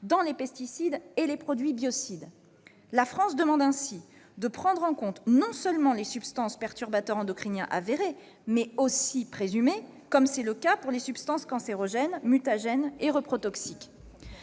dans les pesticides et les produits biocides. La France demande ainsi de prendre en compte non seulement les substances perturbatrices endocriniennes avérées, mais aussi présumées, comme c'est le cas pour les substances cancérogènes, mutagènes et reprotoxiques.